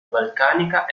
balcanica